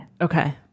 Okay